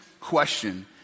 question